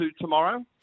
tomorrow